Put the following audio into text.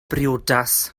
briodas